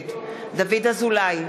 נגד דוד אזולאי,